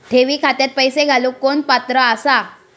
ठेवी खात्यात पैसे घालूक कोण पात्र आसा?